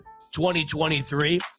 2023